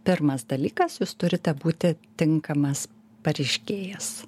pirmas dalykas jūs turite būti tinkamas pareiškėjas